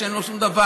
שאין בו שום דבר.